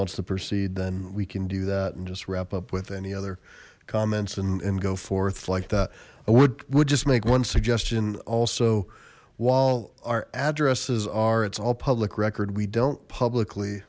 wants to proceed then we can do that and just wrap up with any other comments and and go forth like that what would just make one suggestion also while our addresses are it's all public record we don't publicly